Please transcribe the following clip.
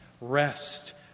rest